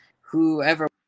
whoever